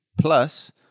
Plus